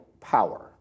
power